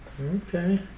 Okay